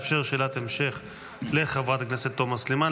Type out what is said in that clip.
אאפשר שאלת המשך לחברת הכנסת תומא סלימן.,